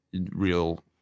real